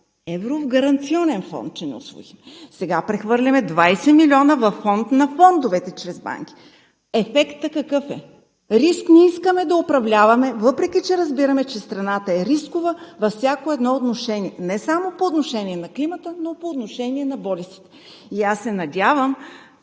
евро в Гаранционен фонд, че не ги усвоихме. Сега прехвърляме 20 милиона във Фонда на фондовете чрез банки. Ефектът какъв е? Риск – не искаме да управляваме, въпреки че разбираме, че страната е рискова във всяко едно отношение – не само по отношение на климата, но и по отношение на болестите. И аз се надявам,